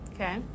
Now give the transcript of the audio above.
Okay